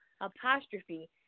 apostrophe